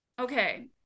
Okay